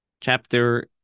chapter